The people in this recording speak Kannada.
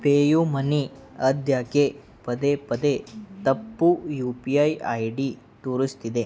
ಪೇ ಯು ಮನಿ ಅದ್ಯಾಕೆ ಪದೇ ಪದೇ ತಪ್ಪು U P I I D ತೋರಿಸ್ತಿದೆ